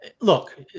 look